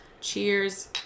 Cheers